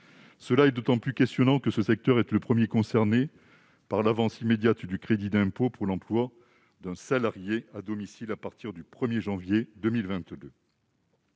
C'est d'autant plus étonnant que le secteur est le premier concerné par l'avance immédiate du crédit d'impôt pour l'emploi d'un salarié à domicile à partir du 1 janvier 2022.